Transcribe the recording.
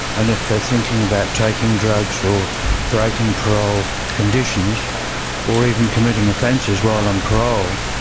and if they are thinking about taking drugs or breaking parole conditions or even committing offences while on parole,